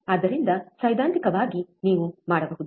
ಆದ್ದರಿಂದ ಸೈದ್ಧಾಂತಿಕವಾಗಿ ನೀವು ಮಾಡಬಹುದು